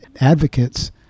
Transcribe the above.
advocates